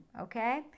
okay